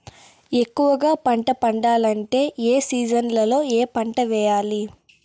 ఎక్కువగా పంట పండాలంటే ఏ సీజన్లలో ఏ పంట వేయాలి